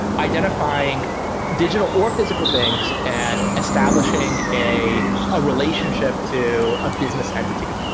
identifying digital or physical things at establishing a a relationship to a business entity.